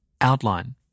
Outline